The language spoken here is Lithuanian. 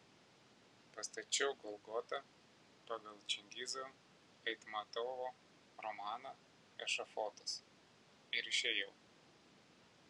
pastačiau golgotą pagal čingizo aitmatovo romaną ešafotas ir išėjau